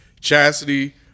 Chastity